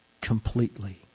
completely